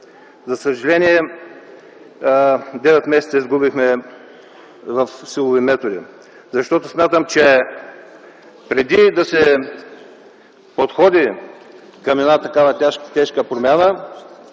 За съжаление изгубихме девет месеца в силови методи, защото смятам, че преди да се подходи към една такава тежка промяна